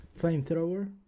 flamethrower